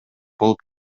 болуп